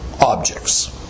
objects